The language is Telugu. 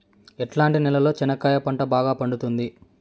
ఎట్లాంటి నేలలో చెనక్కాయ పంట బాగా పండుతుంది?